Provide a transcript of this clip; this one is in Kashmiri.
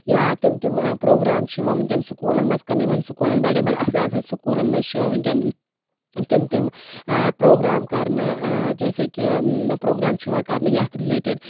یا تِم تِم پروگرام چھِ یِوان ونکیٚن سکوٗلَن منٛز یِمن کر یِمن سکوٗلَن بَڑٮ۪ن بَڑٮ۪ن اَصلٮ۪ن اَصلٮ۪ن سکوٗلَن منٛز چھ یِوان ونکیٚن تِم تِم پروگرام کرنہٕ جیسے کہِ پروگرام چھُ یِوان کرنہٕ یَتھ رِلیٹِڈ